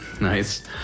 Nice